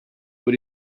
what